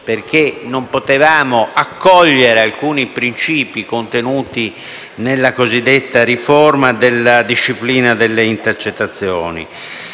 perché non potevamo accogliere alcuni princìpi contenuti nella cosiddetta riforma della disciplina delle intercettazioni.